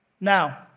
now